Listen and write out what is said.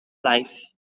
life